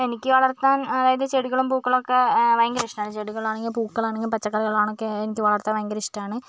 എനിക്ക് വളർത്താൻ അതായത് ചെടികളും പൂക്കളും ഒക്കെ ഭയങ്കര ഇഷ്ടമാണ് ചെടികളാണെങ്കിലും പൂക്കളാണെങ്കിലും പച്ചക്കറികളാണെങ്കിലും എനിക്ക് വളർത്താൻ ഭയങ്കര ഇഷ്ടമാണ്